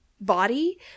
body